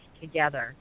together